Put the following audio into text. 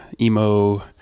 emo